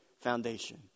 foundation